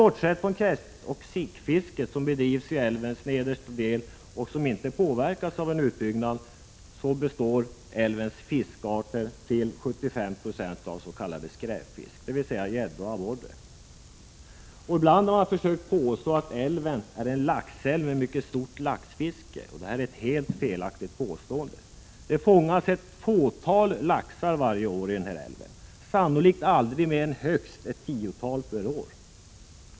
Bortsett från kräftor och sik, som fiskas i älvens nedersta del och som inte påverkas av en utbyggnad, består älvens fiskarter till 75 90 av s.k. skräpfisk, dvs. gädda och abborre. Ibland har man försökt påstå att älven är en laxälv med mycket stort laxfiske. Också detta är ett helt felaktigt påstående. Det fångas ett fåtal laxar varje år, sannolikt aldrig mer än tiotal.